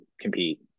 compete